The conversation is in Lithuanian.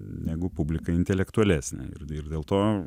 negu publika intelektualesnė ir dėl to